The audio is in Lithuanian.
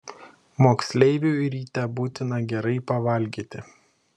moksleiviui ryte būtina gerai pavalgyti